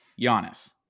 Giannis